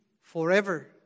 forever